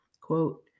quote